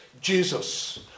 Jesus